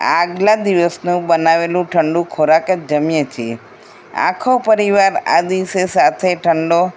આગલા દિવસનું બનાવેલું ઠંડુ ખોરાક જ જમીએ છીએ આખો પરિવાર આ દિવસે સાથે ઠંડો